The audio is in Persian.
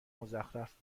مزخرف